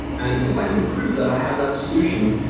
and if i can prove that i have that solution,